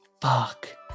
Fuck